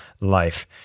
life